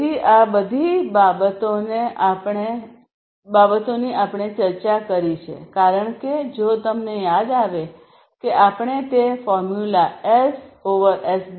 તેથી આ બધી બાબતોની આપણે ચર્ચા કરી છે કારણ કે જો તમને યાદ આવે કે આપણે તે ફોર્મ્યુલા એસ એસ